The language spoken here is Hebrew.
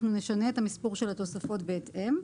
נשנה את המספור של התוספות בהתאם.